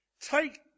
Take